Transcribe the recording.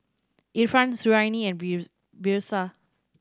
Irfan Suriani and